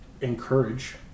encourage